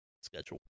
schedule